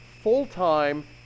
full-time